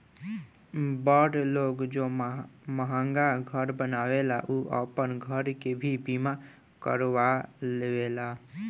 बड़ लोग जे महंगा घर बनावेला उ आपन घर के भी बीमा करवा लेवेला